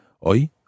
Hoy